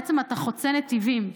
בעצם אתה חוצה נתיבים.